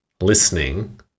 listening